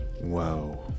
Whoa